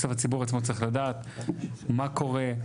הציבור עצמו צריך לדעת מה קורה.